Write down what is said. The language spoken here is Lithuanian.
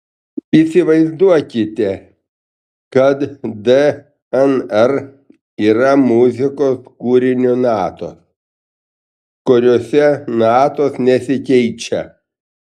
įsivaizduokite kad dnr yra muzikos kūrinio natos kuriose natos nesikeičia